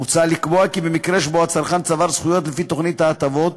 מוצע לקבוע כי במקרה שבו הצרכן צבר זכויות לפי תוכנית ההטבות,